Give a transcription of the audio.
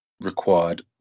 Required